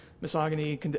misogyny